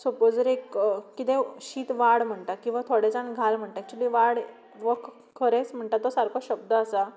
suppose जर एक कितें शीत वाड म्हणटा किंवा थोडे जाण घाल म्हणटा वाड म्हणटा तो खरेंच म्हणल्यार सारको शब्द आसा